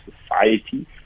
society